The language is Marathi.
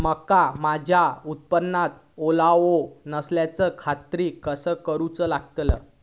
मका माझ्या उत्पादनात ओलावो नसल्याची खात्री कसा करुची लागतली?